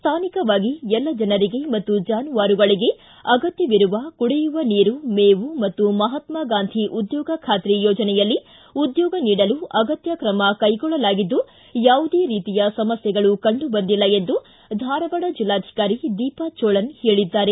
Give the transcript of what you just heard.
ಸ್ಥಾನಿಕವಾಗಿ ಎಲ್ಲ ಜನರಿಗೆ ಮತ್ತು ಜಾನುವಾರುಗಳಿಗೆ ಅಗತ್ಯವಿರುವ ಕುಡಿಯುವ ನೀರು ಮೇವು ಮತ್ತು ಮಹಾತ್ಮ ಗಾಂಧಿ ಉದ್ಯೋಗ ಖಾತ್ರಿ ಯೋಜನೆಯಲ್ಲಿ ಉದ್ಯೋಗ ನೀಡಲು ಅಗತ್ಯ ಕ್ರಮ ಕೈಗೊಳ್ಳಲಾಗಿದ್ದು ಯಾವುದೇ ರೀತಿಯ ಸಮಸ್ಥೆಗಳು ಕಂಡು ಬಂದಿಲ್ಲ ಎಂದು ಧಾರವಾಡ ಜಿಲ್ಲಾಧಿಕಾರಿ ದೀಪಾ ಜೋಳನ್ ಹೇಳಿದ್ದಾರೆ